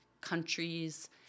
countries